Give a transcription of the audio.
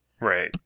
Right